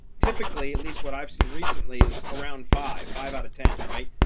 typically, at least what i've seen recently is around five, five out of ten, right,